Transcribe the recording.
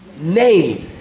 name